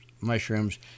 mushrooms